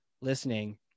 listening